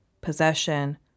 possession